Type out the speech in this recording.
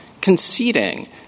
conceding